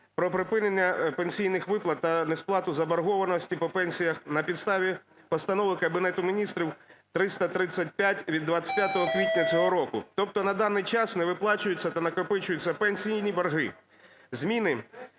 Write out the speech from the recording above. про припинення пенсійних виплат та несплату заборгованості по пенсіях на підставі постанови Кабінету Міністрів 335 від 25 квітня цього року. Тобто на даний час не виплачуються та накопичуються пенсійні борги. Зміни